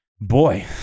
Boy